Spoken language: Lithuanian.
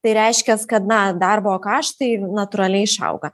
tai reiškias kad na darbo kaštai natūraliai išauga